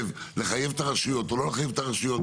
לתושבים ולרשויות מה לעשות.